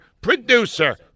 Producer